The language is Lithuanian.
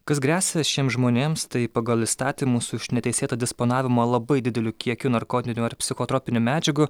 kas gresia šiems žmonėms tai pagal įstatymus už neteisėtą disponavimą labai dideliu kiekiu narkotinių ar psichotropinių medžiagų